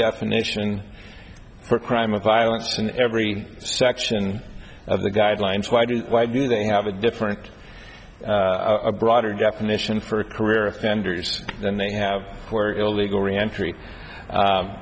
definition for crime of violence in every section of the guidelines why do why do they have a different broader definition for a career offenders than they have where illegal